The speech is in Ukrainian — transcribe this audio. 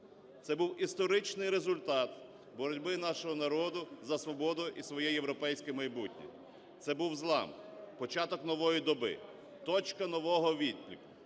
Це був історичний результат боротьби нашого народу за свободу і своє європейське майбутнє, це був злам, початок нової доби, точка нового відліку.